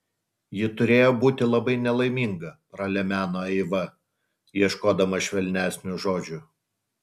ji turėjo būti labai nelaiminga pralemeno eiva ieškodama švelnesnių žodžių